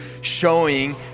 showing